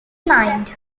mined